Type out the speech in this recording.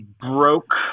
broke